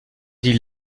dis